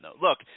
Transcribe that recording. Look